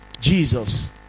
Jesus